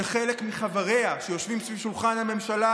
וחלק מחבריה שיושבים סביב שולחן הממשלה